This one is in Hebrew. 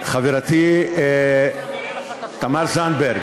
חברתי תמר זנדברג.